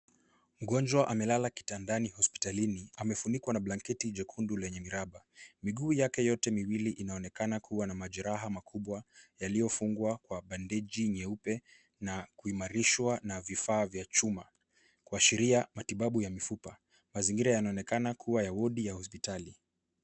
Mgonjwa amelala kitandani hospitalini, amefunikwa na blanketi jekundu lenye miraba. Miguu yake yote miwili inaonekana kuwa na majereha makubwa yaliyofungwa kwa bandeji nyeupe na kuimarishwa na vifaa vya chuma, kuashiria matibabu ya mifupa. Mazingira yanaonekana kuwa ya wodi ya hospitali.